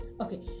Okay